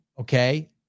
okay